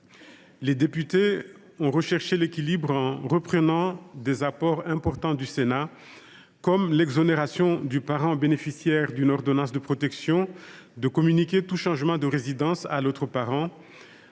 Les députés ont recherché l’équilibre en reprenant des apports importants du Sénat tels que l’exonération du parent bénéficiaire d’une ordonnance de protection de communiquer tout changement de résidence à l’autre parent,